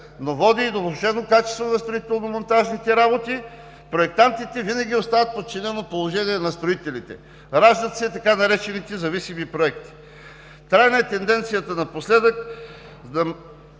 но води до влошено качество на строително-монтажните работи, проектантите винаги остават в подчинено положение на строителите. Раждат се така наречените „зависими проекти“. Трайна е тенденцията напоследък за